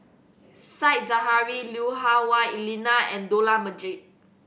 Said Zahari Lui Hah Wah Elena and Dollah Majid